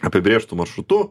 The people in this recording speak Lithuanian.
apibrėžtu maršrutu